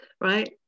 right